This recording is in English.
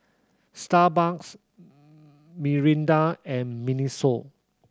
Starbucks Mirinda and MINISO